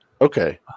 Okay